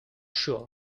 sure